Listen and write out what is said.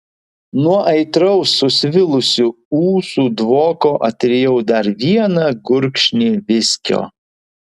nuo aitraus susvilusių ūsų dvoko atrijau dar vieną gurkšnį viskio